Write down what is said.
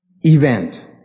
event